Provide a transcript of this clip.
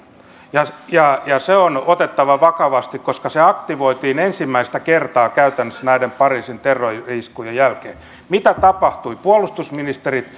ja ja se on otettava vakavasti koska se aktivoitiin ensimmäistä kertaa käytännössä näiden pariisin terrori iskujen jälkeen mitä tapahtui puolustusministerit